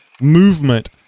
movement